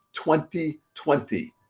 2020